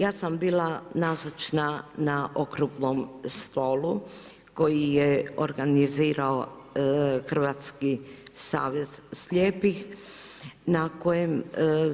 Ja sam bila nazočna na okruglom stolu, koji je organizirao Hrvatski savez slijepih, na kojem